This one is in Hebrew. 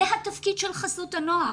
זה התפקיד של חסות הנוער.